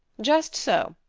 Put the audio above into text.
just so.